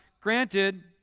granted